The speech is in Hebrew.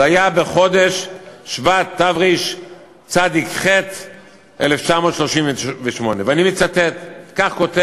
בחודש שבט תרצ"ח, 1938, ואני מצטט חלק